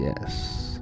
yes